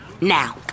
now